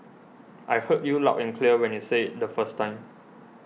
I heard you loud and clear when you said it the first time